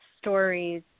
Stories